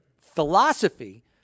philosophy